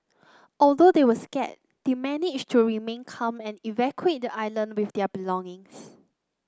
although they were scared they to remain calm and evacuate the island with their belongings